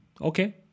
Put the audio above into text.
Okay